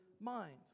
mind